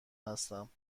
هستم